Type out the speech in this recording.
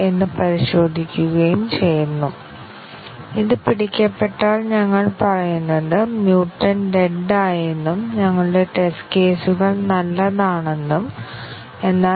നമുക്ക് ആരംഭിക്കാം പക്ഷേ അതിനുമുമ്പ് ഞങ്ങൾ നടത്തിയ മുൻ ചർച്ചകളെക്കുറിച്ച് നിങ്ങൾ എത്രമാത്രം മനസ്സിലാക്കുകയും ഓർമ്മിക്കുകയും ചെയ്യുന്നുവെന്ന് കാണാൻ ഞങ്ങൾ ഇഷ്ടപ്പെടും